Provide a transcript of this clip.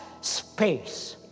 space